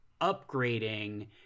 upgrading